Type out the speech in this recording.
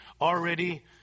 already